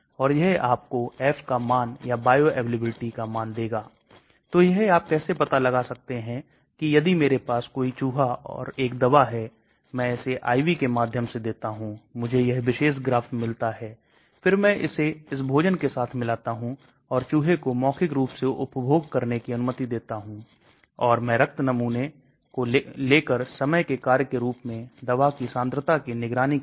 इसलिए आपके पास प्राया अच्छी गतिविधि के साथ साथ अच्छी बायोअवेलेबिलिटी कम विषाक्तता कम दुष्प्रभाव और इसलिए वास्तव में इसके लिए अच्छे गुण होने चाहिए इसलिए हम जा रहे हैं जैसा की मैंने कहा कि पानी में घुलनशीलता के अलावा इन सभी अन्य गुणों को देखें और GI मैं membrane के द्वारा पारगम्यता को देखें